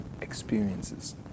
experiences